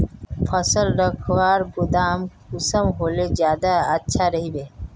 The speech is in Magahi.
फसल रखवार गोदाम कुंसम होले ज्यादा अच्छा रहिबे?